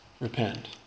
repent